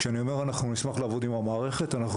כשאני אומר שאנחנו נשמח לעבוד עם המערכת אנחנו